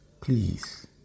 Please